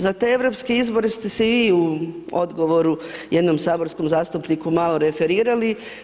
Za te europske izbore ste se i vi u odgovoru jednom saborskom zastupniku malo referirali.